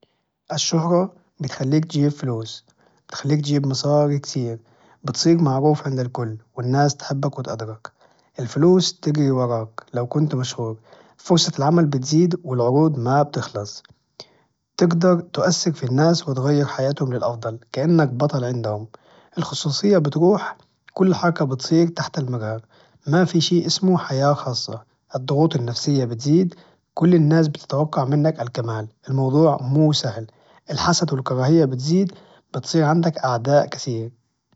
إيه والله، بروح لو جتني فرصة. اكتشاف الفضاء شي عظيم، تقدر تشوف الأرض من فوق وتشعر بعظمة خلق الله. غير إنه تجربة ما تتكرر، وتعلمك الصبر والشجاعة، وكل لحظة فيها بتكون ذكرى ما تنساها أبد.